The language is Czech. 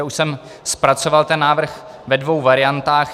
Už jsem zpracoval návrh ve dvou variantách.